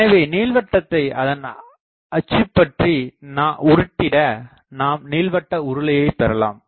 எனவே நீள்வட்டதை அதன் அச்சு பற்றி உருட்டிட நாம் நீள்வட்ட உருளையை பெறலாம்